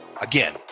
Again